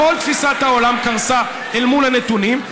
כל תפיסת העולם קרסה אל מול הנתונים,